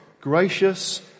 gracious